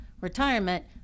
retirement